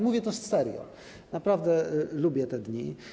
Mówię to serio, naprawdę lubię te dni.